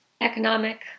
economic